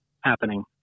happening